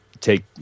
take